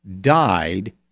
died